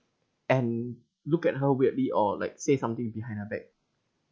and look at her weirdly or like say something behind her back